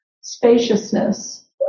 spaciousness